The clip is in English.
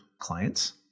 clients